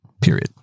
period